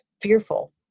fearful